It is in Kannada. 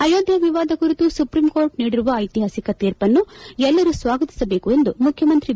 ಅಯೋಧ್ಯೆ ವಿವಾದ ಕುರಿತು ಸುಪ್ರೀಂ ಕೋರ್ಟ್ ನೀಡಿರುವ ಐತಿಹಾಸಿಕ ತೀರ್ಪನ್ನು ಎಲ್ಲರೂ ಸ್ವಾಗತಿಸಬೇಕು ಎಂದು ಮುಖ್ಯಮಂತ್ರಿ ಬಿ